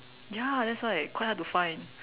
ya that's why quite hard to find